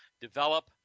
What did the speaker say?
develop